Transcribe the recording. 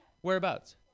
Whereabouts